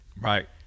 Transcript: right